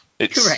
Correct